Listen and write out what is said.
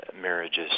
marriages